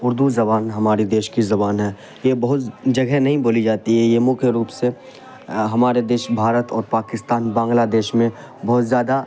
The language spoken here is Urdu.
اردو زبان ہماری دیش کی زبان ہے یہ بہت جگہ نہیں بولی جاتی ہے یہ مکھیہ روپ سے ہمارے دیش بھارت اور پاکستان بنگلہ دیش میں بہت زیادہ